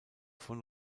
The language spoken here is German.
von